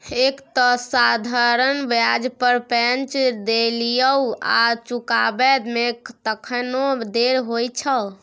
एक तँ साधारण ब्याज पर पैंच देलियौ आ चुकाबै मे तखनो देर होइ छौ